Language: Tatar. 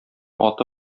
аты